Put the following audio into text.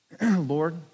Lord